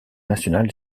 nationale